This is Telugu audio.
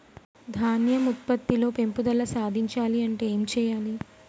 ధాన్యం ఉత్పత్తి లో పెంపుదల సాధించాలి అంటే ఏం చెయ్యాలి?